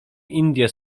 indie